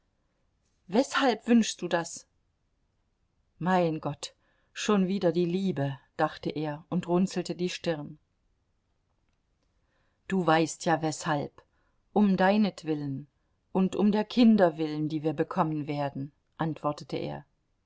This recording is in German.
weshalb wünschst du das mein gott schon wieder die liebe dachte er und runzelte die stirn du weißt ja weshalb um deinetwillen und um der kinder willen die wir bekommen werden antwortete er